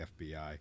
FBI